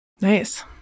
Nice